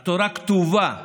התורה כתובה,